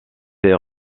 ses